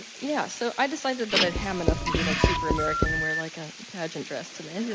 yeah so i decided that i'd ham it up and be like super american and wear like a, pageant dress today.